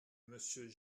monsieur